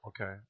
Okay